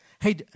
Hey